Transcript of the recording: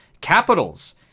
capitals